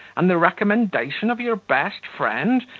and the recommendation of your best friend?